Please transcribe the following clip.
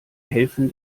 helfen